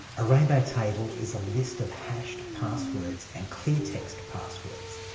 a rainbow table is a list of hashed passwords and clear text passwords.